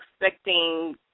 expecting